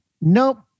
nope